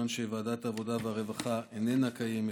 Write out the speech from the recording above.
מכיוון שוועדת העבודה והרווחה איננה קיימת,